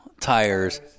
tires